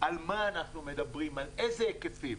על מה אנחנו מדברים, על איזה היקפים.